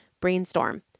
Brainstorm